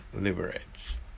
liberates